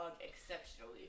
exceptionally